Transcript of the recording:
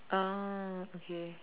oh okay